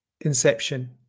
inception